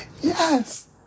Yes